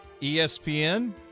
ESPN